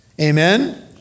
amen